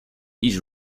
each